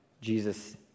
Jesus